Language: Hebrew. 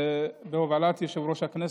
בהובלת יושב-ראש הכנסת,